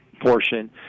portion